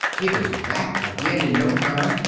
he was back again in no time.